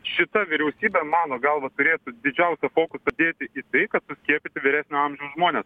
šita vyriausybė mano galva turėtų didžiausią fokusą dėti į tai kad suskiepyt vyresnio amžiaus žmones